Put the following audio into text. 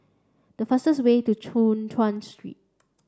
the fastest way to Choon Chuan Street